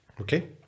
Okay